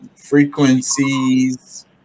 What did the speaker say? frequencies